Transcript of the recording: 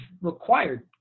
required